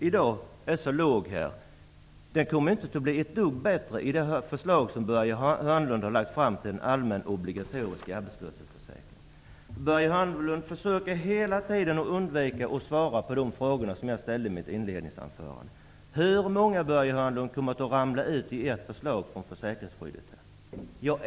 Täckningsgraden kommer inte att bli ett dugg bättre med det förslag som Börje Hörnlund har lagt fram om en allmän, obligatorisk arbetslöshetsförsäkring. Börje Hörnlund försöker hela tiden undvika att svara på de frågor jag ställde i mitt inledningsanförande. Hur många kommer att ramla ut från försäkringsskyddet med ert förslag?